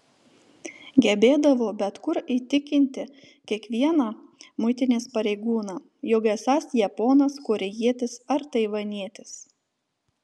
gebėdavo bet kur įtikinti kiekvieną muitinės pareigūną jog esąs japonas korėjietis ar taivanietis